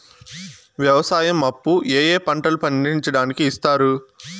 వ్యవసాయం అప్పు ఏ ఏ పంటలు పండించడానికి ఇస్తారు?